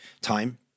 time